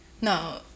no